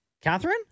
Catherine